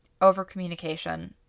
overcommunication